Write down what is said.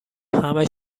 همش